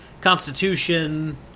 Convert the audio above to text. Constitution